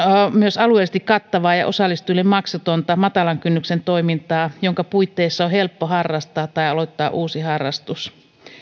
myös alueellisesti kattavaa ja osallistujille maksutonta matalan kynnyksen toimintaa jonka puitteissa on helppo harrastaa tai aloittaa uusi harrastus